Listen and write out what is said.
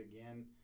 again